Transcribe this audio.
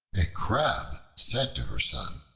a crab said to her son,